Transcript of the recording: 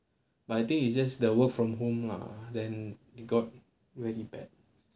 but I think it's just the work from home lah then got very bad